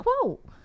quote